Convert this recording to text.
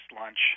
lunch